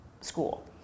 school